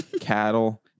cattle